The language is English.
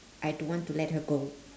I don't want to let her go